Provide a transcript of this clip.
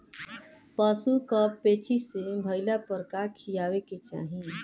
पशु क पेचिश भईला पर का खियावे के चाहीं?